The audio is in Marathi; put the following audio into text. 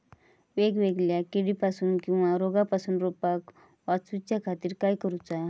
वेगवेगल्या किडीपासून किवा रोगापासून रोपाक वाचउच्या खातीर काय करूचा?